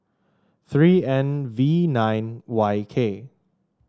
three N V nine Y K